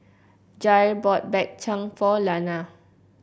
Jair bought Bak Chang for Launa